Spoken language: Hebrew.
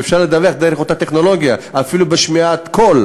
ואפשר לדווח דרך אותה טכנולוגיה אפילו בשמיעת קול,